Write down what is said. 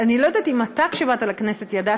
צריך את מנו,